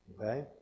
Okay